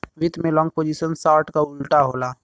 वित्त में long position short क उल्टा होला